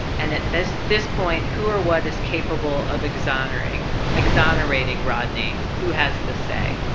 and at this this point, who or what is capable of exonerating exonerating rodney? who has the say?